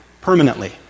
permanently